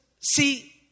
see